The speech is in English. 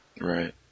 Right